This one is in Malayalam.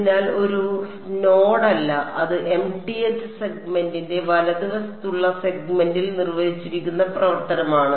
അതിനാൽ ഒരു നോഡല്ല അത് mth സെഗ്മെന്റിന്റെ വലതുവശത്തുള്ള സെഗ്മെന്റിൽ നിർവചിച്ചിരിക്കുന്ന പ്രവർത്തനമാണ്